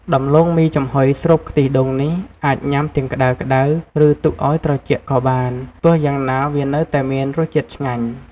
ដំឡូងមីចំហុយស្រូបខ្ទិះដូងនេះ អាចញ៉ាំទាំងក្ដៅៗ ឬទុកឲ្យត្រជាក់ក៏បាន ទោះយ៉ាងណា វានៅតែមានរសជាតិឆ្ងាញ់។